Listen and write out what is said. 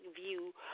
view